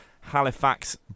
Halifax